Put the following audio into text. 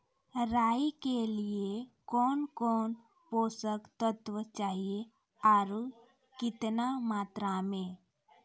राई के लिए कौन कौन पोसक तत्व चाहिए आरु केतना मात्रा मे?